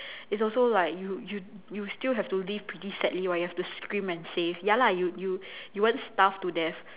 is also like you you you still have to live pretty sadly while you have to scrim and save ya lah you you you won't starve to death